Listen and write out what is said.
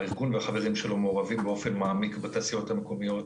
הארגון והחברים שלו מעורבים באופן מעמיק בתעשיות המקומיות,